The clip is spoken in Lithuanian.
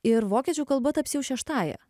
ir vokiečių kalba taps jau šeštąja